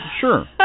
Sure